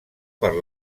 per